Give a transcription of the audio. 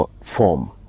form